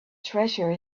treasure